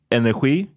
energi